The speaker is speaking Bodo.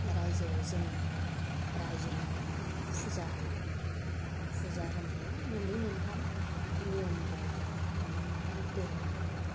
राज्योआव जोङो रायजो नाङैनो फुजा होयो फुजा होनाया मोननै मोनथाम नियम दं आरो मोननै मोनथाम धोरोमनि खोथा